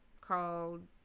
called